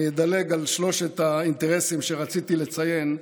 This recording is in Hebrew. אני אדלג על שלושת האינטרסים שרציתי לציין,